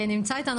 נמצא איתנו